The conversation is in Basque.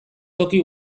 toki